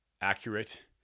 accurate